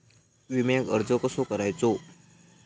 विम्याक अर्ज कसो करायचो?